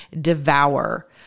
devour